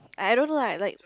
I I don't know lah like